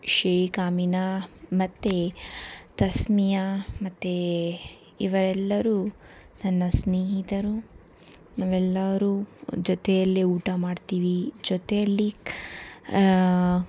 shake Amina ಮತ್ತು ತಸ್ಮಿಯಾ ಮತ್ತು ಇವರೆಲ್ಲರೂ ನನ್ನ ಸ್ನೇಹಿತರು ನಾವೆಲ್ಲರೂ ಜೊತೆಯಲ್ಲಿ ಊಟ ಮಾಡ್ತೀವಿ ಜೊತೆಯಲ್ಲಿ